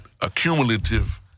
accumulative